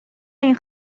این